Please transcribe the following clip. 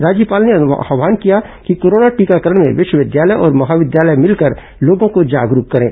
राज्यपाल ने आव्हान किया कि कोरोना टीकाकरण में विश्वविद्यालय और महाविद्यालय मिलकर लोगों को जागरूक करें